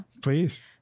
please